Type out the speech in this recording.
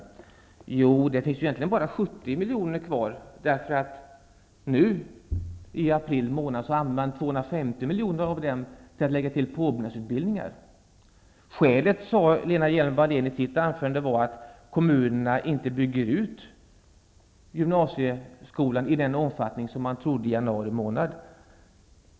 Egentligen finns det bara 70 miljoner kvar, för nu i april vill Socialdemokraterna använda 250 miljoner till påbyggnadsutbildningar. Skälet, sade Lena Hjelm-Wallén, är att kommunerna inte bygger ut gymnasieskolan i den omfattning som man trodde i januari.